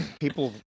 people